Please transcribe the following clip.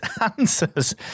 answers